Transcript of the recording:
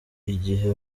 igihe